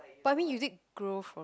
but i mean you did grow from